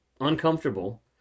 uncomfortable